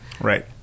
right